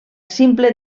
simple